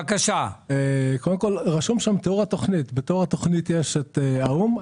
בתיאור התוכנית יש האו"ם.